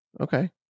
Okay